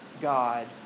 God